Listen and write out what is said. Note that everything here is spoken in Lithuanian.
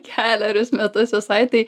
kelerius metus visai tai